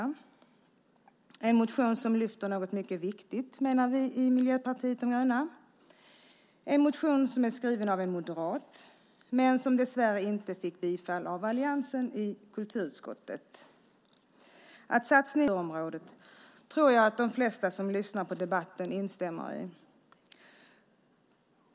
Det är en motion som lyfter något mycket viktigt, menar vi i Miljöpartiet de gröna. Det är en motion som är skriven av en moderat men som dessvärre inte blev tillstyrkt av alliansen i kulturutskottet. Att satsningar på kultur är samhällsekonomiskt lönsamma och ger många positiva effekter även utanför kulturområdet tror jag att de flesta som lyssnar på debatten instämmer i.